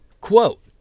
Quote